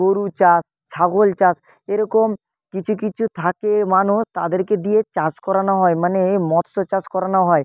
গরু চাষ ছাগল চাষ এরকম কিছু কিছু থাকে মানুষ তাদেরকে দিয়ে চাষ করানো হয় মানে মৎস্য চাষ করানো হয়